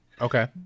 Okay